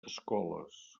escoles